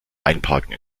einparken